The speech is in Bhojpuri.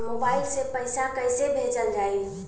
मोबाइल से पैसा कैसे भेजल जाइ?